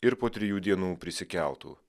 ir po trijų dienų prisikeltų